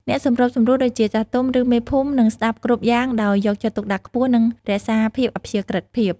អ្នកសម្របសម្រួល ដូចជា ចាស់ទុំ ឬ មេភូមិ នឹងស្តាប់គ្រប់យ៉ាងដោយយកចិត្តទុកដាក់ខ្ពស់ និងរក្សាភាពអព្យាក្រឹត្យភាព។